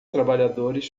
trabalhadores